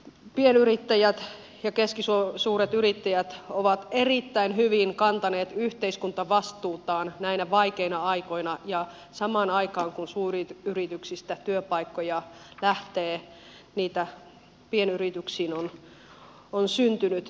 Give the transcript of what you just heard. pienyrittäjät ja keskisuuret yrittäjät ovat erittäin hyvin kantaneet yhteiskuntavastuutaan näinä vaikeina aikoina ja samaan aikaan kun suuryrityksistä työpaikkoja lähtee niitä pienyrityksiin on syntynyt